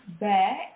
back